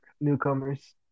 newcomers